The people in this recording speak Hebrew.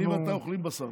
אני ואתה אוכלים בשר,